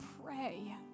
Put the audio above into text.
pray